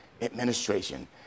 administration